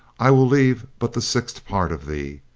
i will leave but the sixth part of thee!